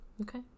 Okay